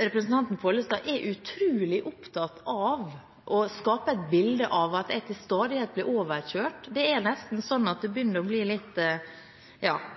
Representanten Pollestad er utrolig opptatt av å skape et bilde av at jeg til stadighet blir overkjørt. Det begynner nesten å bli litt dagligdags. Det viktigste for meg er å